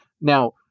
now